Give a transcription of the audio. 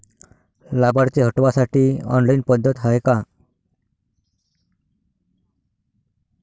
लाभार्थी हटवासाठी ऑनलाईन पद्धत हाय का?